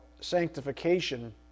sanctification